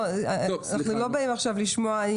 לא אנחנו לא באים עכשיו לשמוע --- טוב,